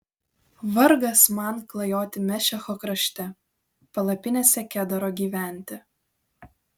vargas man klajoti mešecho krašte palapinėse kedaro gyventi